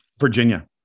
Virginia